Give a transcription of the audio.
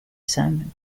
some